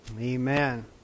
Amen